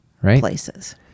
places